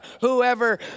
whoever